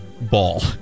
ball